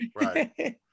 right